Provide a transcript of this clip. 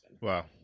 Wow